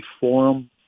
forum